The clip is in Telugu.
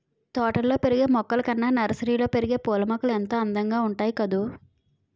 తోటల్లో పెరిగే మొక్కలు కన్నా నర్సరీలో పెరిగే పూలమొక్కలు ఎంతో అందంగా ఉంటాయి కదూ